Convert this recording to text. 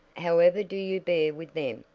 however do you bear with them,